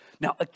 Now